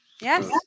Yes